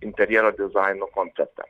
interjero dizaino konceptą